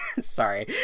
sorry